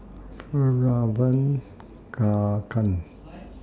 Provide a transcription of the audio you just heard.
Fjallraven Kanken